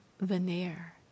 veneer